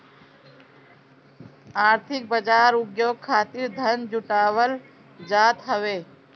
आर्थिक बाजार उद्योग खातिर धन जुटावल जात हवे